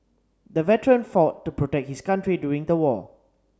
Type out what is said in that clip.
the veteran fought to protect his country during the war